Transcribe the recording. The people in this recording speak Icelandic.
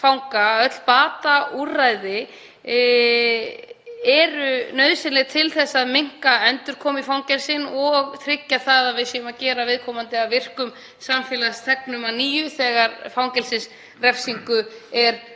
öll bataúrræði eru nauðsynleg til að fækka endurkomum í fangelsin og tryggja að við séum að gera viðkomandi að virkum samfélagsþegnum að nýju þegar fangelsisrefsingu er